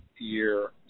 year